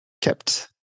kept